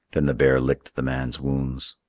then the bear licked the man's wounds.